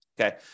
okay